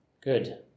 Good